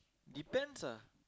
depends ah